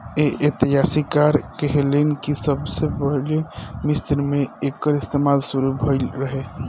कुछ इतिहासकार कहेलेन कि सबसे पहिले मिस्र मे एकर इस्तमाल शुरू भईल रहे